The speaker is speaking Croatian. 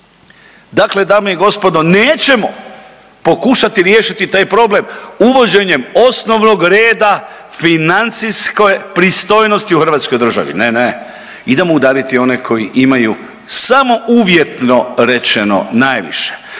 Dakle dame i gospodo, nećemo pokušati riješiti taj problem uvođenjem osnovnog reda financijske pristojnosti u Hrvatskoj državi. Ne, ne, idemo udariti one koji imaju samo uvjetno rečeno najviše.